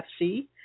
FC